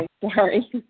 Sorry